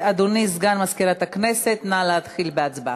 אדוני סגן מזכירת הכנסת, נא להתחיל בהצבעה.